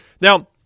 Now